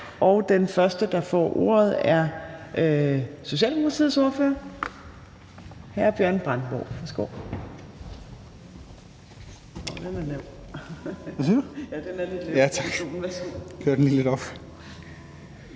og den første, der får ordet, er Socialdemokratiets ordfører, hr. Bjørn Brandenborg. Værsgo.